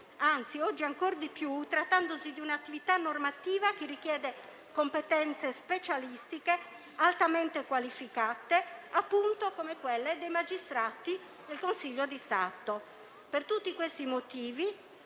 anzi, oggi ancor di più, trattandosi di un'attività normativa che richiede competenze specialistiche altamente qualificate, appunto, come quelle dei magistrati del Consiglio di Stato. Per tutti questi motivi,